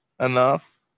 enough